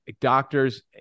doctors